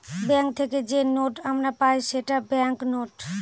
bank থেকে যে note আমরা পাই সেটা ব্যাঙ্ক নোট